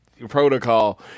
protocol